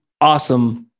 awesome